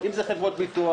אם זה חברות ביטוח,